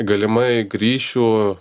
galimai grįšiu